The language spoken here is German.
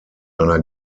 einer